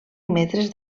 metres